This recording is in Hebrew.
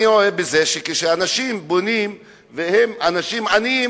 אני רואה שכשאנשים בונים והם אנשים עניים,